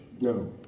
No